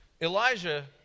Elijah